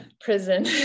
prison